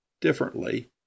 differently